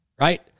Right